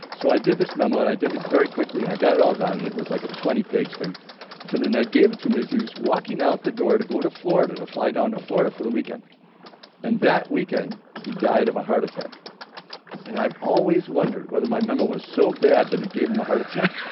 so i did this memo and i did it very quickly, and i got it all done and it was like a twenty page thing and so then i gave it to him as he was walking out the door to go to florida to fly down to florida for the weekend and that weekend he died of a heart attack and i've always wondered whether my memo was so bad that it gave him a heart attack yeah